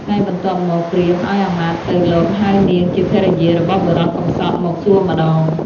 ថ្ងៃបន្ទាប់មក ព្រាហ្មណ៍ឲ្យអាមាត្យទៅលបហៅនាងជាភរិយារបស់បុរសកម្សត់មកសួរម្តង។